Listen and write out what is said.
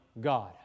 God